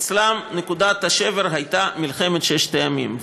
אצלם נקודת השבר הייתה מלחמת ששת הימים.